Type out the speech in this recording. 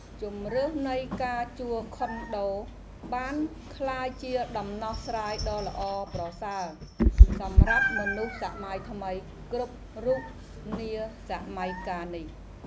ជម្រើសនៃការជួលខុនដូបានក្លាយជាដំណោះស្រាយដ៏ល្អប្រសើរសម្រាប់មនុស្សសម័យថ្មីគ្រប់រូបនាសម័យកាលនេះ។